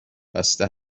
بسته